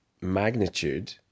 magnitude